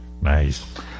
Nice